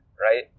right